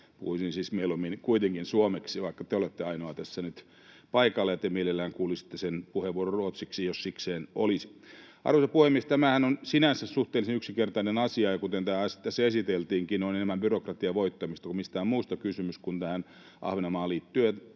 Puhuisin siis mieluummin kuitenkin suomeksi, vaikka te olette ainoa tässä nyt paikalla ja te mielellänne kuulisitte puheenvuoron ruotsiksi, jos sikseen olisi. Arvoisa puhemies! Tämähän on sinänsä suhteellisen yksinkertainen asia, ja kuten tämä asia tässä esiteltiinkin, on enemmän byrokratian voittamisesta kuin mistään muusta kysymys, kun Ahvenanmaahan liittyen